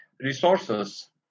resources